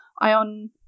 Ion